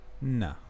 No